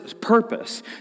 purpose